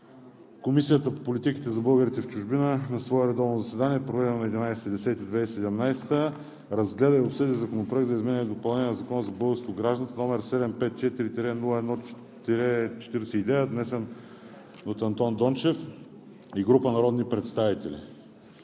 Комисията по политиките за българите в чужбина на свое редовно заседание, проведено на 11 октомври 2017 г., разгледа и обсъди Законопроект за изменение и допълнение на Закона за българското гражданство, № 754-01-49, внесен от Андон Дончев и група народни представители